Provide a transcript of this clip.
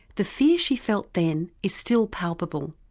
the fear she felt then is still palpable.